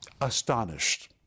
astonished